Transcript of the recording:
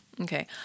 Okay